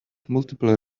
multiple